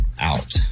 out